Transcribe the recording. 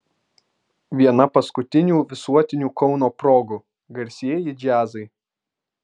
viena paskutinių visuotinių kauno progų garsieji džiazai